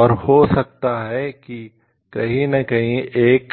और हो सकता है कि कहीं न कहीं हम एक